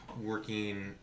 working